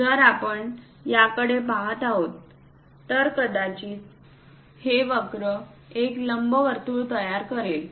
जर आपण याकडे पहात आहोत तर कदाचित हे वक्र एक लंबवर्तुळ तयार करेल